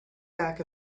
back